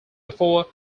before